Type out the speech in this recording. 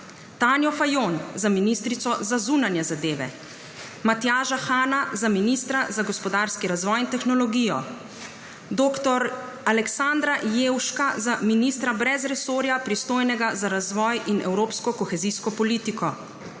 Tanjo Fajon za ministrico za zunanje zadeve, Matjaža Hana za ministra za gospodarski razvoj in tehnologijo, dr. Aleksandra Jevška za ministra brez resorja, pristojnega za razvoj in evropsko kohezijsko politiko,